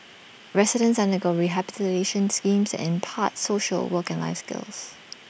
residents undergo rehabilitation schemes impart social work and life skills